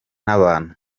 n’abantu